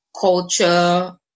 culture